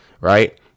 right